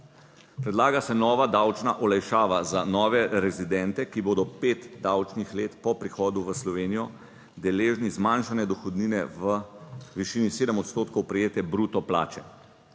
Predlaga se nova davčna olajšava za nove rezidente, ki bodo pet davčnih let po prihodu v Slovenijo deležni zmanjšanja dohodnine v višini 7 odstotkov prejete bruto plače.